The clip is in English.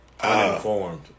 Uninformed